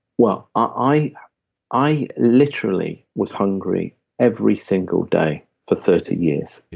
well, i i literally was hungry every single day for thirty years,